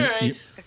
right